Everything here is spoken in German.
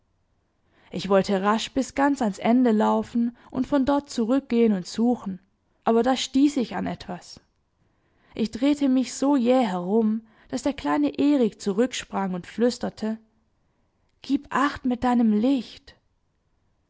ich wollte rasch bis ganz ans ende laufen und von dort zurückgehen und suchen aber da stieß ich an etwas ich drehte mich so jäh herum daß der kleine erik zurücksprang und flüsterte gieb acht mit deinem licht